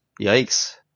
Yikes